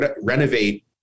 renovate